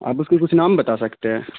آپ اس کو کچھ نام بتا سکتے ہیں